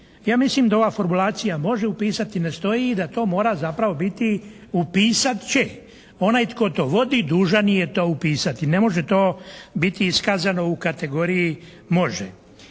Ja mislim da ova formulacija može upisati, ne stoji da to mora zapravo biti "upisat će". Onaj tko to vodi dužan je to upisati. Ne može to biti iskazano u kategoriji "može".